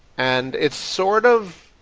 and it's sort of,